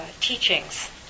teachings